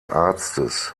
arztes